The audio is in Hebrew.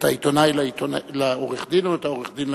את העיתונאי לעורך-הדין או את עורך-הדין לעיתונאי?